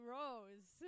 rose